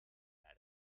برا